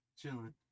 chilling